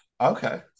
Okay